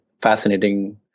fascinating